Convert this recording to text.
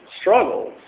struggles